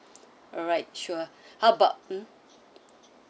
alright sure how about mm